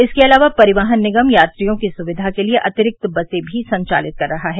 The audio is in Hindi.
इसके अलावा परिवहन निगम यात्रियों की सुविवा के लिए अतिरिक्त बसे भी संचालित कर रहा है